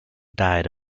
died